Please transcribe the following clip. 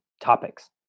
topics